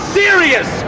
serious